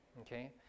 Okay